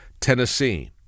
Tennessee